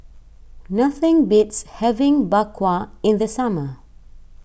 nothing beats having Bak Kwa in the summer